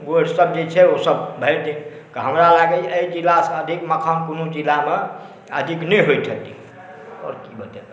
ओसब जे छै से ओसब भरिदिन हमरा लागैए जे एहि जिलासँ अधिक मखान कोनो जिलामे अधिक नहि होइत हेतै